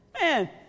Man